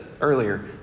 earlier